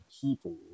people